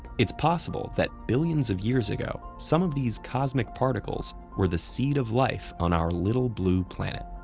it's possible that billions of years ago, some of these cosmic particles were the seed of life on our little blue planet.